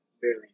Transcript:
barely